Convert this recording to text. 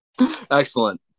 Excellent